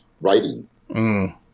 writing